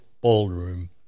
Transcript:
ballroom